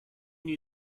new